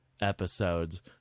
episodes